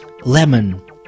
lemon